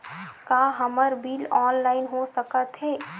का हमर bill online हो सकत हे?